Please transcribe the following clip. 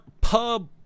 pub